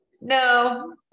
no